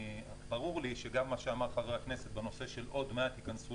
ברור לי שגם מה שאמר חבר הכנסת בנושא של עוד מעט ייכנסו